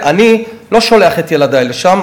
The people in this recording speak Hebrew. אני לא שולח את ילדי לשם,